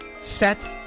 set